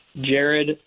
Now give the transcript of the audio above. Jared